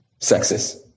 sexist